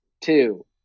two